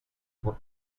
were